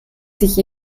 sich